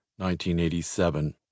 1987